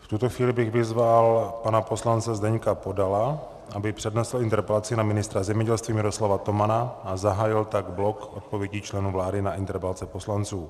V tuto chvíli bych vyzval pana poslance Zdeňka Podala, aby přednesl interpelaci na ministra zemědělství Miroslava Tomana, a zahájil tak blok odpovědí členů vlády na interpelace poslanců.